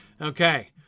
Okay